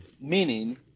meaning